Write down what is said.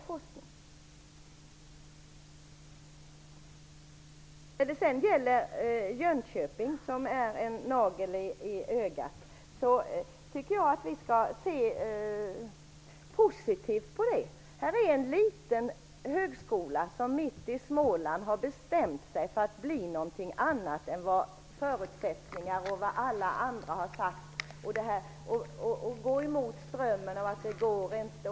Högskolan i Jönköping är en nagel i ögat. Jag tycker att vi skall se positivt på den högskolan. Det är en liten högskola mitt i Småland som har bestämt sig för att göra någonting annat än vad alla andra tycker. Man går mot strömmen, medan andra säger att det inte kommer att fungera.